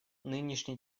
нынешний